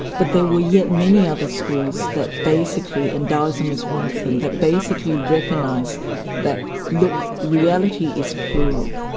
but there were yet many other schools that basically and taoism is one of them that basically recognised that look, reality is plural'.